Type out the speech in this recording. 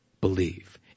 believe